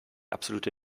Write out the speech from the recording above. absolute